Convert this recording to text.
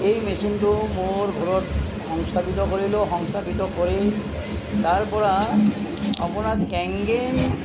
এই মেচিনটো মোৰ ঘৰত সংস্থাপিত কৰিলোঁ সংস্থাপিত কৰি তাৰ পৰা আপোনাৰ কেংগেন